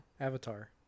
Avatar